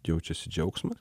jaučiasi džiaugsmas